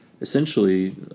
essentially